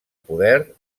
poder